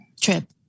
trip